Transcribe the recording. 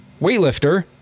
weightlifter